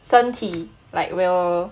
身体 like will